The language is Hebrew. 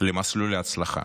למסלול להצלחה